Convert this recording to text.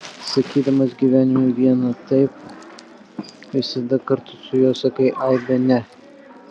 sakydamas gyvenime vieną taip visada kartu su juo sakai aibę ne